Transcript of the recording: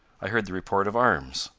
i heard the report of arms.